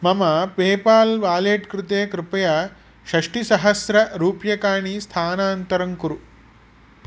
मम PayPal wallet कृते कृपया षष्टिसहस्ररूप्यकाणि स्थानान्तरं कुरु